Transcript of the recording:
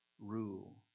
rule